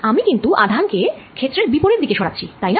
আমি কিন্তু আধানটি কে ক্ষেত্রের বিপরীত দিকে সরাচ্ছি তাই না